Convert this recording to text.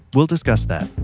we'll discuss that,